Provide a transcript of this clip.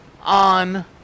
on